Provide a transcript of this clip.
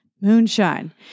moonshine